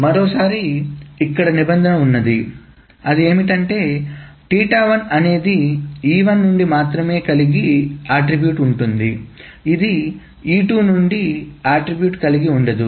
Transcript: మరోసారి ఇక్కడ నిబంధన ఉంది అనేది E1 నుండి మాత్రమే కలిగి అట్రిబ్యూట్ ఉంటుంది మరియు ఇది E2 నుండి అట్రిబ్యూట్ కలిగి ఉండదు